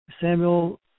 Samuel